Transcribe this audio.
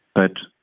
but,